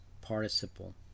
participle